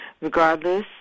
Regardless